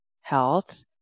health